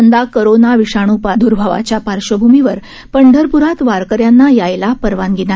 यंदा कोरोना विषाणू प्राद्भावाच्या पार्श्वभूमीवर पंढरपुरात वारकऱ्यांना यायला परवानगी नाही